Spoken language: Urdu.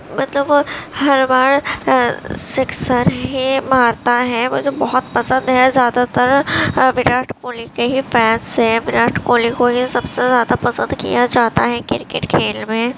مطلب وہ ہر بار سکسر ہی مارتا ہے مجھے بہت پسند ہے زیادہ تر وراٹ کوہلی کے ہی فین سے وراٹ کوہلی کو سب سے زیادہ پسند کیا جاتا ہے کرکٹ کھیل میں